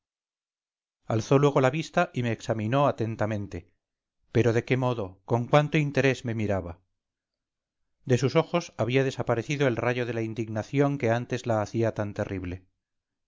contemporáneo alzó luego la vista y me examinó atentamente pero de qué modo con cuánto interés me miraba de sus ojos había desaparecido el rayo de la indignación que antes la hacía tan terrible